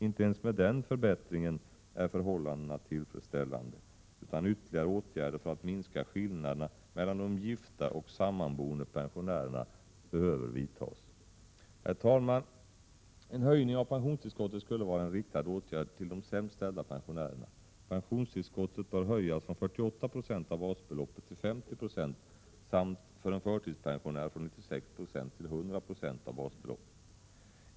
Inte ens med denna förbättring är förhållandena dock tillfredsställande, utan ytterligare åtgärder för att minska skillnaderna mellan de gifta och sammanboende pensionärerna måste vidtas. Herr talman! En höjning av pensionstillskottet skulle vara en åtgärd riktad till de sämst ställda pensionärerna. Pensionstillskottet bör höjas från 48 96 av basbeloppet till 50 96, samt för en förtidspensionär från 96 9o till 100 96 av basbeloppet.